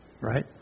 Right